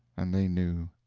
and they knew.